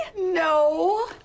No